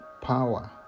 power